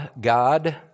God